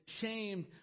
shamed